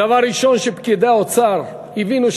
הדבר הראשון שפקידי האוצר הבינו,